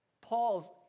Paul's